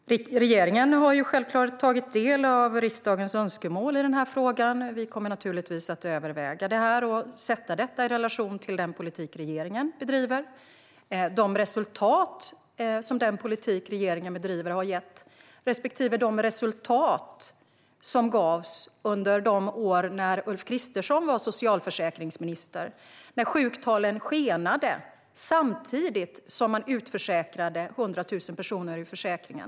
Herr talman! Regeringen har självklart tagit del av riksdagens önskemål i frågan. Vi kommer naturligtvis att överväga frågan och sätta den i relation till den politik regeringen bedriver. De resultat som den politik regeringen bedriver har gett måste sättas i relation till de resultat som gavs under de år Ulf Kristersson var socialförsäkringsminister. Sjuktalen skenade samtidigt som 100 000 personer utförsäkrades ur försäkringen.